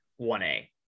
1A